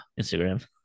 Instagram